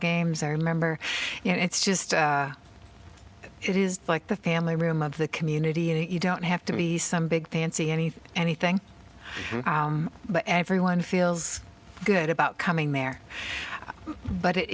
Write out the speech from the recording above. games i remember you know it's just it is like the family room of the community and you don't have to be some big fancy anything anything but everyone feels good about coming there but it